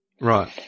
Right